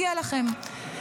יהיה לכם.